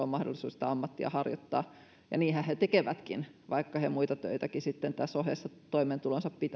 on mahdollisuus ammattiaan harjoittaa ja niinhän he tekevätkin vaikka he muitakin töitä sitten tässä ohessa toimeentulonsa